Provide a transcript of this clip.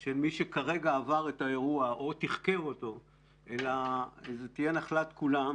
של מי שכרגע עבר את האירוע או תיחקר אותו אלא זה יהיה נחלת כולם,